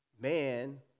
man